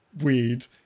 weed